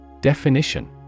Definition